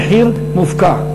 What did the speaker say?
המחיר מופקע.